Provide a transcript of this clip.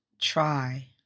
try